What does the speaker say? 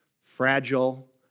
fragile